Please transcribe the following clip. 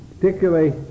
particularly